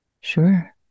sure